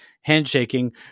handshaking